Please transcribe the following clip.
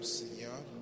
senhor